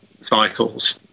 cycles